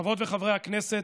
חברות וחברי הכנסת,